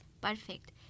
perfect